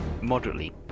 moderately